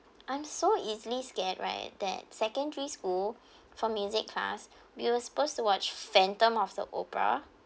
I'm so easily scared right that secondary school for music class we were supposed to watch phantom of the opera